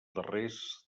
darrers